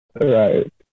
Right